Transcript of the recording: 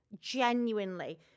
genuinely